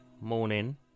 Morning